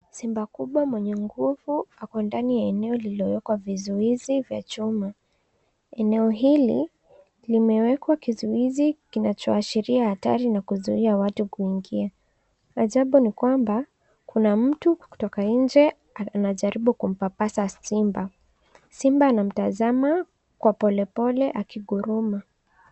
Simba kubwa mwenye nguvu ako ndani ya eneo lililowekwa vizuizi vya chuma. Eneo hili limewekwa kizuizi kinachoashiria hatari na kuzuia watu kuingia. Ajabu ni kwamba kuna mtu kutoka nje anajaribu kumpapasa simba. Simba anamtazama kwa polepole akiguruma.